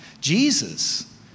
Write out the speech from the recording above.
Jesus